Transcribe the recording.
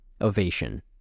ovation